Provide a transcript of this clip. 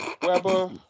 Weber